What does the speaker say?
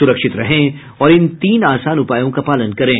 सुरक्षित रहें और इन तीन आसान उपायों का पालन करें